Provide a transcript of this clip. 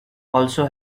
also